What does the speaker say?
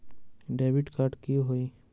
Debit card की होई?